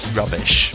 rubbish